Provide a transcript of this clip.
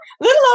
little